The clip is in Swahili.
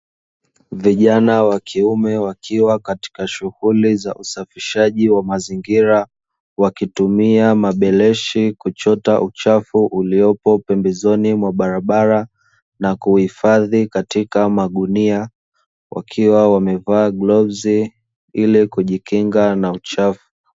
Vijana wa kiume wakiwa katika shughuli za usafishaji wa mazingira, wakitumia mabeleshi kuchota uchafu uliopo pembezoni mwa barabara na kuhifadhi katika magunia, wakiwa wamevaa glovzi ili kujikinga na uchafu.